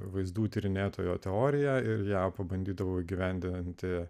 vaizdų tyrinėtojo teoriją ir ją pabandydavau įgyvendinti